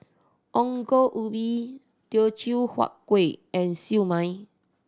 Ongol Ubi Teochew Huat Kuih and Siew Mai